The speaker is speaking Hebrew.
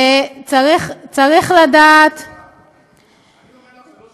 זה שינה משהו?